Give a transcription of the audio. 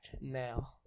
now